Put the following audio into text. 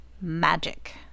Magic